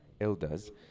elders